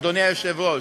אדוני היושב-ראש.